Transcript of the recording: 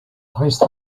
resta